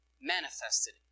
manifested